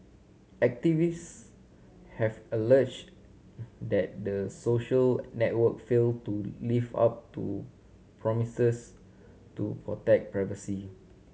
activists have alleged that the social network failed to live up to promises to protect privacy